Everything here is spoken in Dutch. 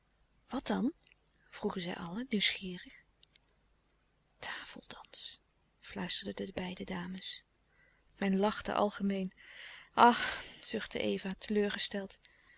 wat dan vroegen zij allen nieuwsgierig tafeldans fluisterden de beide dames men lachte algemeen ach zuchte eva teleurgesteld